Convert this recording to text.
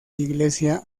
iglesia